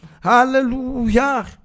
Hallelujah